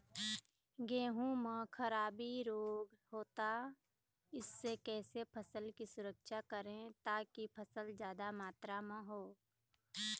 गेहूं म खराबी रोग होता इससे कैसे फसल की सुरक्षा करें ताकि फसल जादा मात्रा म हो?